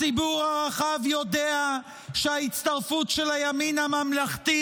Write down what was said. הציבור הרחב יודע שההצטרפות של הימין הממלכתי